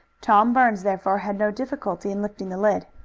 tom burns therefore had no difficulty in lifting the lid.